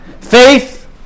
Faith